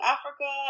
Africa